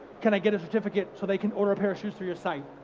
can i get a certificate so they can order a pair of shoes through your site?